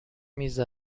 میز